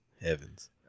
Heavens